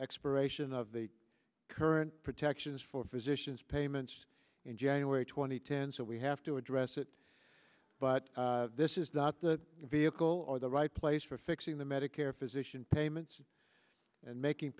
expiration of the current protections for physicians payments in january two thousand and ten so we have to address it but this is not the vehicle or the right place for fixing the medicare physician payments and making